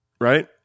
right